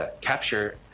capture